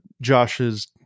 Josh's